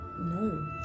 No